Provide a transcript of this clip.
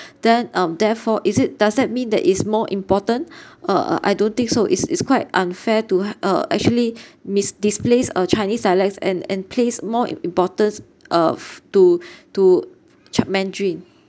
then um therefore is it does that mean that it's more important uh uh I don't think so it's it's quite unfair to h~ uh actually miss displays uh chinese dialects and and place more im~ importance of to to ch~ mandarin